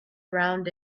around